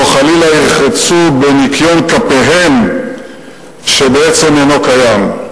או חלילה ירחצו בניקיון כפיהם שבעצם אינו קיים.